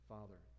Father